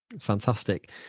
fantastic